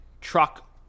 truck